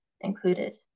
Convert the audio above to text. included